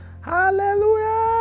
Hallelujah